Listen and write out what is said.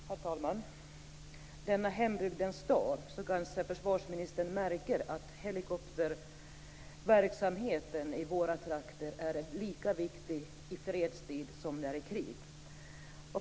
Herr talman! Denna hembygdens dag kanske försvarsministern märker att helikopterverksamheten i våra trakter är lika viktig i fredstid som i krig.